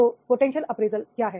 तो potential appraisal क्या है